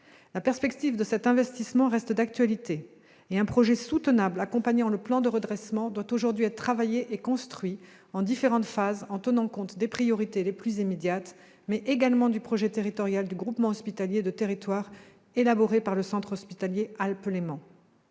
La perspective de cet investissement reste d'actualité, et un projet soutenable accompagnant le plan de redressement doit aujourd'hui être travaillé et construit en différentes phases, en tenant compte des priorités les plus immédiates, mais également du projet territorial du groupement hospitalier de territoire élaboré par le centre hospitalier Alpes-Léman.